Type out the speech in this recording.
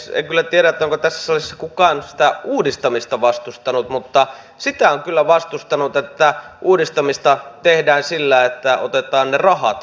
en kyllä tiedä onko tässä salissa kukaan sitä uudistamista vastustanut mutta sitä on kyllä vastustanut että uudistamista tehdään sillä että otetaan ne rahat pois